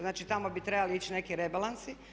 Znači, tamo bi trebali ići neki rebalansi.